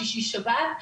שישי שבת,